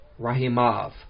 Rahimov